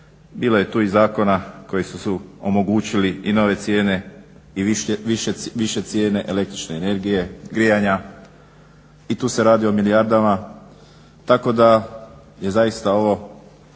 Bilo je tu i zakona koji su omogućili i nove cijene i više cijene električne energije, grijanja i tu se radi o milijardama. Tako da je zaista ovo